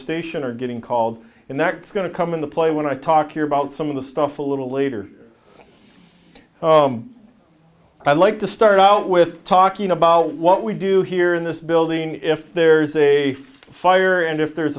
station are getting called and that's going to come into play when i talk here about some of the stuff a little later i like to start out with talking about what we do here in this building if there's a fire and if there's